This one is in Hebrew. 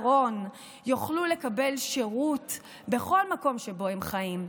יוכלו לקבל שירות בכל מקום שבו הם חיים,